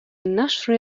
نشر